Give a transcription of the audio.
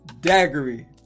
daggery